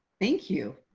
thank you.